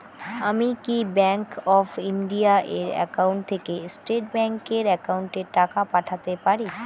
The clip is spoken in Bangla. আমি কি ব্যাংক অফ ইন্ডিয়া এর একাউন্ট থেকে স্টেট ব্যাংক এর একাউন্টে টাকা পাঠাতে পারি?